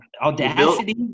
audacity